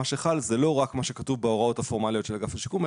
מה שחל זה לא רק מה שכתוב בהוראות הפורמליות של אגף השיקום,